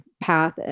path